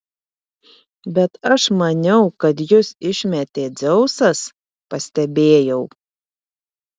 bet aš maniau kad jus išmetė dzeusas pastebėjau